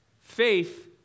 faith